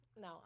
No